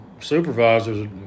supervisors